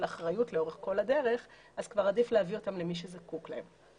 אחריות לאורך כל הדרך אז כבר עדיף להעביר אותם למי שזקוק להם.